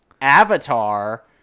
Avatar